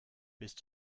bist